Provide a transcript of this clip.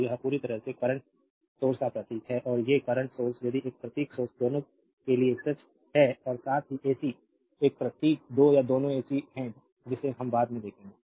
तो यह पूरी तरह से ये करंट सोर्स का प्रतीक है और ये करंट सोर्स यदि यह प्रतीक डीसी दोनों के लिए सच है और साथ ही एसी यह प्रतीक दो या दोनों एसी है जिसे हम बाद में देखेंगे